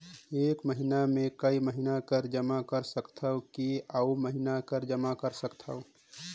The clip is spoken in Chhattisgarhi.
एक महीना मे एकई महीना कर जमा कर सकथव कि अउ महीना कर जमा कर सकथव?